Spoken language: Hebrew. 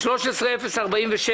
רוב נגד,